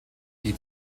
die